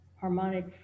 harmonic